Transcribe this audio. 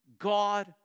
God